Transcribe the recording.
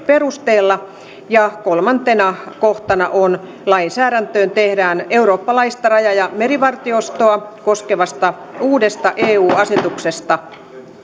perusteella ja kolmantena kohtana on lainsäädäntöön tehdään eurooppalaista raja ja merivartiostoa koskevasta uudesta eu asetuksesta